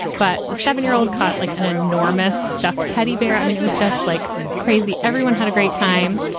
but the seven year old caught like an enormous stuffed teddy bear. i mean, it was just like crazy. everyone had a great time.